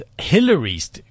Hillary's